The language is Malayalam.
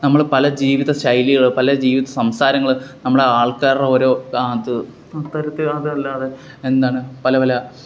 നമ്മള് പല ജീവിത ശൈലികൾ പല ജീവിത സംസ്കാരങ്ങൾ നമ്മളുടെ ആൾക്കാരുടെ ഓരോ അത് അത്തരത്തിലതല്ലാതെ എന്താണ് പല പല